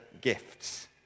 gifts